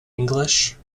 english